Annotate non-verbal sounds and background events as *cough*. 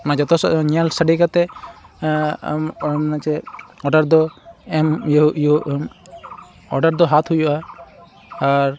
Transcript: ᱚᱱᱟ ᱡᱚᱛᱚᱥᱮᱫ ᱧᱮᱞ ᱥᱟᱰᱮ ᱠᱟᱛᱮᱫ ᱢᱟᱱᱮ ᱪᱮᱫ ᱚᱰᱟᱨ ᱫᱚ ᱮᱢ ᱤᱭᱟᱹ *unintelligible* ᱚᱰᱟᱨ ᱫᱚ ᱦᱟᱛᱟᱣ ᱦᱩᱭᱩᱜᱼᱟ ᱟᱨ